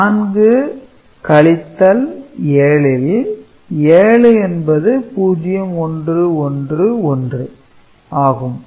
4 7 ல் 7 என்பது 0111 ஆகும்